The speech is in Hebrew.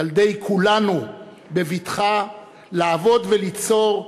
ילדי כולנו, בבטחה, לעבוד וליצור,